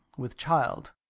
with child!